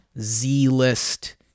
Z-list